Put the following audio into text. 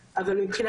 קיים יידוע.